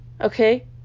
Okay